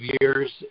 years